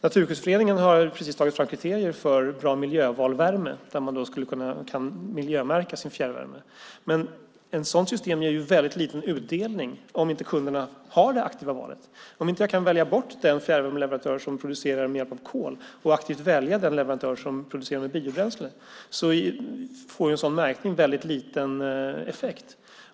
Naturskyddsföreningen har precis tagit fram kriterier för bra-miljöval-värme där man kan miljömärka sin fjärrvärme. Men ett sådant system ger väldigt liten utdelning om inte kunderna har det aktiva valet. Om jag inte kan välja bort den fjärrvärmeleverantör som producerar med hjälp av kol och aktivt välja den leverantör som producerar med biobränsle får en sådan märkning väldigt liten effekt.